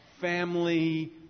family